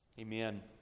Amen